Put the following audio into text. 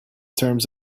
terms